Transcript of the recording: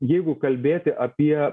jeigu kalbėti apie